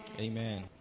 Amen